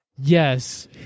Yes